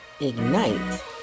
ignite